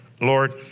Lord